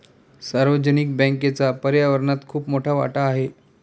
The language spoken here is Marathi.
सार्वजनिक बँकेचा पर्यावरणात खूप मोठा वाटा आहे